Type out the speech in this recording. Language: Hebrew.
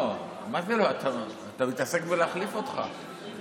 אתה מתעסק בלהחליף אותך.